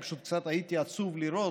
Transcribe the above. אני פשוט קצת הייתי עצוב לראות,